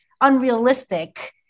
unrealistic